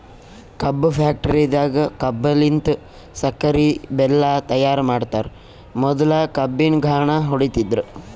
ಕಬ್ಬ್ ಫ್ಯಾಕ್ಟರಿದಾಗ್ ಕಬ್ಬಲಿನ್ತ್ ಸಕ್ಕರಿ ಬೆಲ್ಲಾ ತೈಯಾರ್ ಮಾಡ್ತರ್ ಮೊದ್ಲ ಕಬ್ಬಿನ್ ಘಾಣ ಹೊಡಿತಿದ್ರು